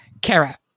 Kara